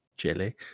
jelly